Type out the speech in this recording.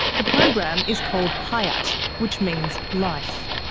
the program is called hayat, which means life.